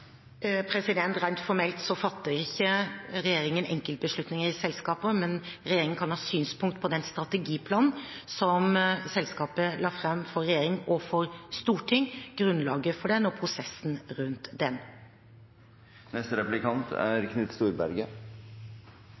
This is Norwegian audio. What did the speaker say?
Rent formelt fatter ikke regjeringen enkeltbeslutninger i selskaper, men regjeringen kan ha synspunkt på den strategiplanen som selskapet la fram for regjering og for storting, på grunnlaget for den og prosessen rundt den.